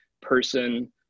person